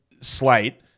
slate